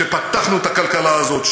כשפתחנו את הכלכלה הזאת,